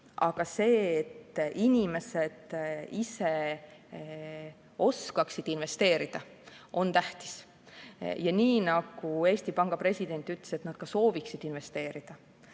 aga see, et inimesed ise oskaksid investeerida, on tähtis, ja nii nagu Eesti Panga president ütles, et nad ka sooviksid investeerida.